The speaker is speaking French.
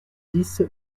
dix